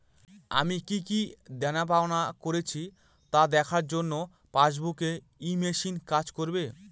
আমি কি কি দেনাপাওনা করেছি তা দেখার জন্য পাসবুক ই মেশিন কাজ করবে?